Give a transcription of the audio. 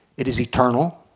it is eternal